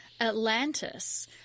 Atlantis